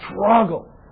struggle